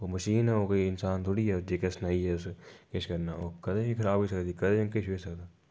ओह् मशीन ऐ ओह् कोई इंसान थोह्ड़ी ऐ जेह्का सनाइयै अस किश करना ओह् कदें बी खराब होई सकदी कदें किश बी होई सकदा